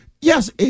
Yes